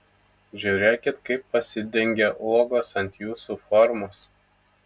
žiūrėkit kaip pasidengia uogos ant jūsų formos